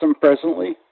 presently